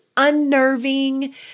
unnerving